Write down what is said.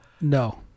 No